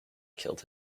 killed